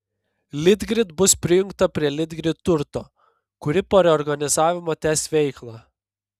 litgrid bus prijungta prie litgrid turto kuri po reorganizavimo tęs veiklą